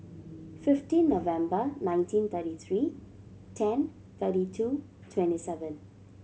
fifteen November nineteen thirty three ten thirty two twenty seven